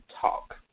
Talk